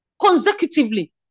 Consecutively